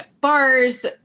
bars